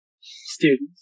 Students